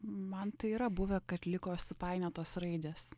man tai yra buvę kad liko supainiotos raidės